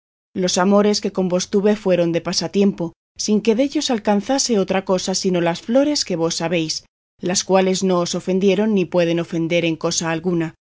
los amores que con vos tuve fueron de pasatiempo sin que dellos alcanzase otra cosa sino las flores que vos sabéis las cuales no os ofendieron ni pueden ofender en cosa alguna